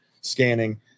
scanning